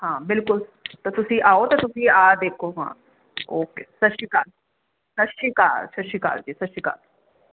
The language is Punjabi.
ਹਾਂ ਬਿਲਕੁਲ ਤਾਂ ਤੁਸੀਂ ਆਓ ਤੇ ਤੁਸੀਂ ਆ ਦੇਖੋ ਆ ਓਕੇ ਸਤਿ ਸ਼੍ਰੀ ਅਕਾਲ ਸਤਿ ਸ਼੍ਰੀ ਅਕਾਲ ਸਤਿ ਸ਼੍ਰੀ ਅਕਾਲ ਜੀ ਸਤਿ ਸ਼੍ਰੀ ਅਕਾਲ